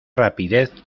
rapidez